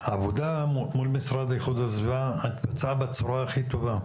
העבודה מול משרד איכות הסביבה נמצא בצורה הכי טובה.